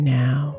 now